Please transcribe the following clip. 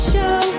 Show